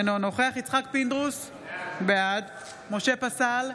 אינו נוכח יצחק פינדרוס, בעד משה פסל,